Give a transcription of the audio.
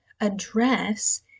address